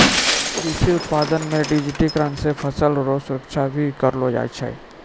कृषि उत्पादन मे डिजिटिकरण से फसल रो सुरक्षा भी करलो जाय छै